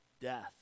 death